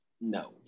no